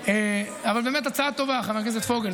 אבל באמת, הצעה טובה, חבר הכנסת פוגל.